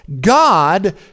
God